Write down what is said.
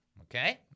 Okay